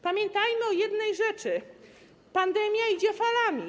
Pamiętajmy o jednej rzeczy, pandemia idzie falami.